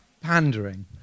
Pandering